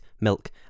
milk